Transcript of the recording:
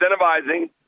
incentivizing